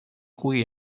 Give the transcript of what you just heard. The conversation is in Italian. cui